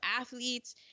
athletes